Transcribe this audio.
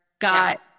got